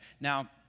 Now